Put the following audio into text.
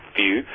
view